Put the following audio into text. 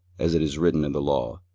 as it is written in the law,